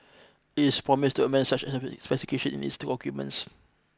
it's promised to amend such specification in its two documents